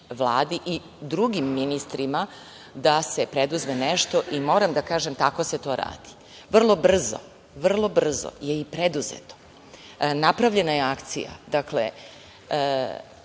i drugim ministrima, da se preduzme nešto. Moram da kažem, tako se to radi. Vrlo brzo je i preduzeto. Napravljena je akcija, dakle